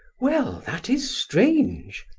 well, that is strange!